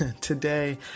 Today